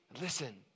Listen